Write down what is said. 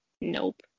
Nope